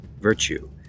virtue